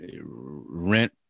rent